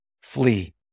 flee